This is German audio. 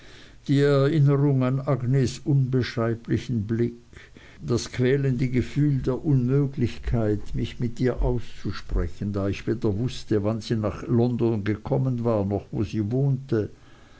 die erinnerung an agnes unbeschreiblichen blick das quälende gefühl der unmöglichkeit mich mit ihr auszusprechen da ich weder wußte wann sie nach london gekommen war noch wo sie wohnte